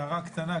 הערה קטנה,